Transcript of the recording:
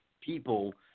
people